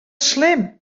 slim